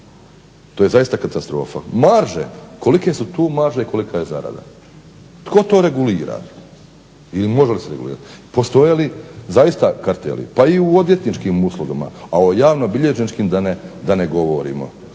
to je zaista katastrofa. Kolike su tu marže, kolika je zarada. Tko to regulira? Postoje li zaista karteli pa i u odvjetničkim uslugama a u javnobilježničkim da ne govorimo.